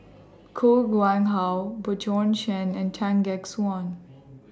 Koh Nguang How Bjorn Shen and Tan Gek Suan